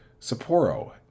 Sapporo